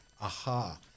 Aha